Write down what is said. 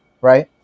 right